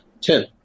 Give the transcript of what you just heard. Ten